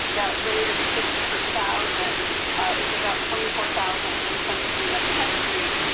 that rate of six per thousand is about twenty four thousand infants in the country.